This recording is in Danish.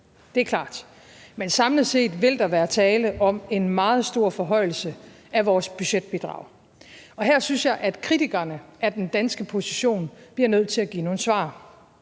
det er klart, men samlet set vil der være tale om en meget stor forhøjelse af vores budgetbidrag. Her synes jeg, at kritikerne af den danske position bliver nødt til at give nogle svar.